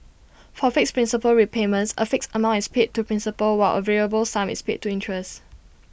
for fixed principal repayments A fixed amount is paid to principal while A variable sum is paid to interest